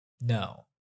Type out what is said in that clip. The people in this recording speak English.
no